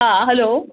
हा हलो